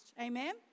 Amen